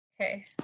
Okay